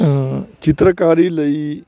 ਚਿੱਤਰਕਾਰੀ ਲਈ